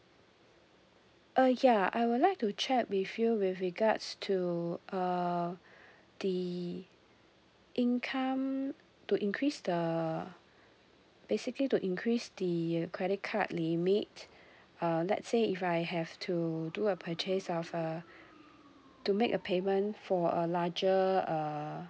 uh ya I would like to check with you with regards to uh the income to increase the basically to increase the credit card limit uh let's say if I have to do a purchase of uh to make a payment for a larger uh